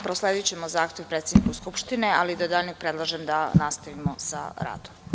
Prosledićemo zahtev predsedniku Skupštine, ali do daljnjeg predlažem da nastavimo sa radom.